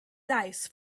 dice